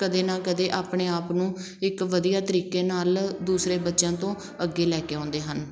ਕਦੇ ਨਾ ਕਦੇ ਆਪਣੇ ਆਪ ਨੂੰ ਇੱਕ ਵਧੀਆ ਤਰੀਕੇ ਨਾਲ ਦੂਸਰੇ ਬੱਚਿਆਂ ਤੋਂ ਅੱਗੇ ਲੈ ਕੇ ਆਉਂਦੇ ਹਨ